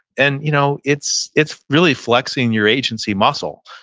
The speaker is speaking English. and you know it's it's really flexing your agency muscle.